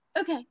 Okay